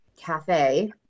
cafe